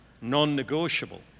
non-negotiable